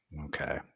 Okay